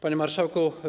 Panie Marszałku!